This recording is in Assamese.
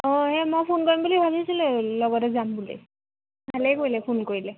অঁ সেই মই ফোন কৰিম বুলি ভাবিছিলোঁৱে লগতে যাম বুলি ভালেই কৰিলে ফোন কৰিলে